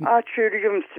ačiū ir jums